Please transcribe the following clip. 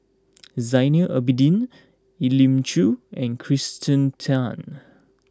Zainal Abidin Elim Chew and Kirsten Tan